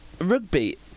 Rugby